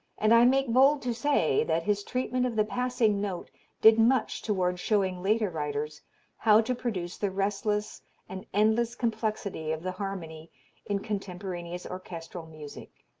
and i make bold to say that his treatment of the passing note did much toward showing later writers how to produce the restless and endless complexity of the harmony in contemporaneous orchestral music.